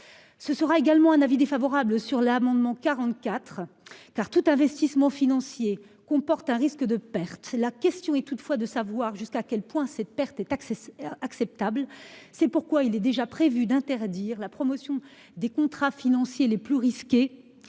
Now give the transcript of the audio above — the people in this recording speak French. Ce sera également un avis défavorable sur l'amendement 44 car tout investissement financier comporte un risque de perte. La question est toutefois de savoir jusqu'à quel point cette perte est taxé acceptable. C'est pourquoi il est déjà prévu d'interdire la promotion des contrats financiers les plus risqués.